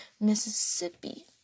Mississippi